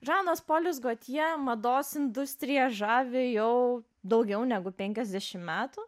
žanas polis gotje mados industriją žavi jau daugiau negu penkiasdešim metų